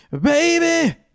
baby